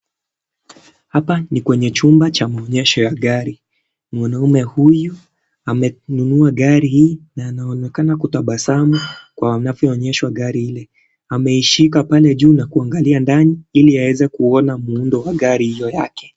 Hapa ni kwenye chumba cha maonyesho ya gari, mwanamme huyu amenunua gari hili na anaonekana kutabasamu kwa anavyoonyeshwa gari lile. Amelishika pale juu na kuangalia ndani ili aweze kuona muundo wa gari hilo lake.